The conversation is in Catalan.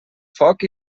foc